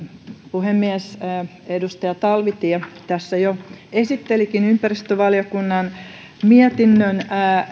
puhemies edustaja talvitie tässä jo esittelikin ympäristövaliokunnan mietinnön